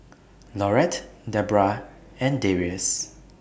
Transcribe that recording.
Laurette Debbra and Darius